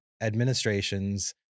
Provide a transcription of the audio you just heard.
administrations